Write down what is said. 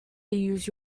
use